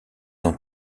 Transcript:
ans